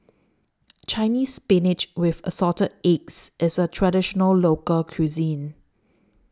Chinese Spinach with Assorted Eggs IS A Traditional Local Cuisine